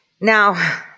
Now